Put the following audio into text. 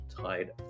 tied